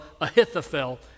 ahithophel